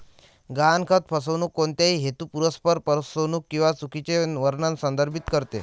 गहाणखत फसवणूक कोणत्याही हेतुपुरस्सर फसवणूक किंवा चुकीचे वर्णन संदर्भित करते